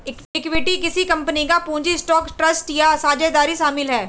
equity किसी company का पूंजी स्टॉक ट्रस्ट या साझेदारी शामिल है